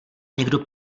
někdo